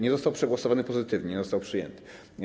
Nie został przegłosowany pozytywnie, nie został przyjęty.